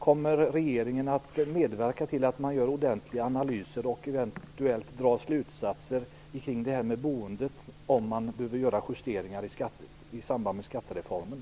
Kommer regeringen att medverka till att det görs ordentliga analyser av, och eventuellt dras slutsatser kring, boendet och av huruvida man behöver göra justeringar som har samband med skattereformen?